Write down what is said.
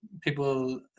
people